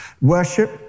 worship